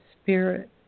spirit